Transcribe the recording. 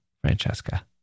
Francesca